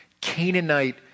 Canaanite